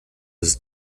was